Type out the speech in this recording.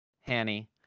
Hanny